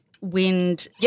wind